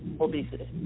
obesity